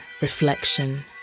reflection